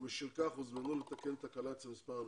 ובשל כך הוזמן לתקן תקלה על ידי מספר אנשים.